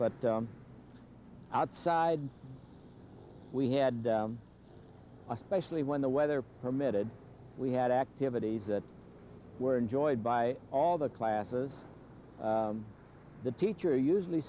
but outside we had especially when the weather permitted we had activities that were enjoyed by all the classes the teacher usually